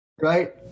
right